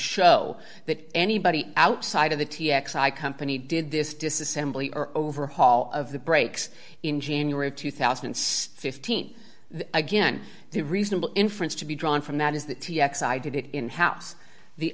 show that anybody outside of the t x i company did this disassembly or overhaul of the brakes in january of two thousand and fifteen again the reasonable inference to be drawn from that is that t x i did it in house the